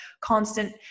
constant